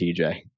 tj